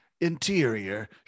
Interior